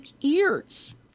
ears